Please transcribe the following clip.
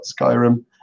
skyrim